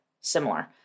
similar